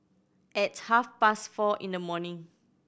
at half past four in the morning